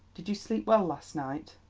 did you sleep well last night?